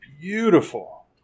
beautiful